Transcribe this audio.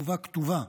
בתגובה כתובה